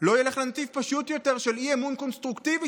לא יהיה ילך לנתיב פשוט יותר של אי-אמון קונסטרוקטיבי,